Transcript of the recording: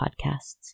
podcasts